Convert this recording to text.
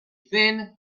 thin